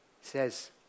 says